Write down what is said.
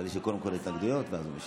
חשבתי שקודם כול התנגדויות, ואז הוא משיב.